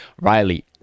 riley